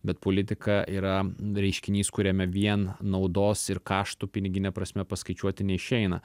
bet politika yra reiškinys kuriame vien naudos ir kaštų pinigine prasme paskaičiuoti neišeina